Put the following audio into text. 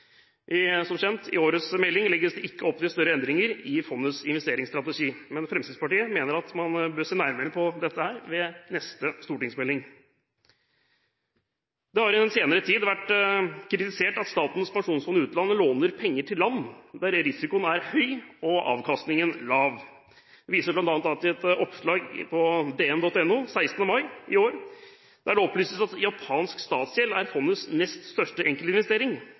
senere. Som kjent: I årets melding legges det ikke opp til større endringer i fondets investeringsstrategi, men Fremskrittspartiet mener man bør se nærmere på det ved neste stortingsmelding. Det har i den senere tid vært kritisert at Statens pensjonsfond utland låner penger til land der risikoen er høy og avkastningen lav. Jeg viser bl.a. til et oppslag på DN.no den 16. mai i år der det opplyses at japansk statsgjeld er fondets nest største